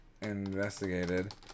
Investigated